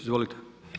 Izvolite.